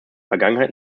vergangenheit